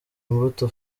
imbuto